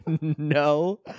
no